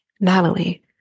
Natalie